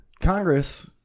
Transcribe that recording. Congress